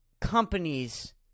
companies